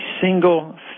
single